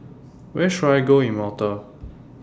Where should I Go in Malta